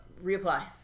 Reapply